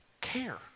care